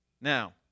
Now